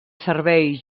servei